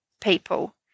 people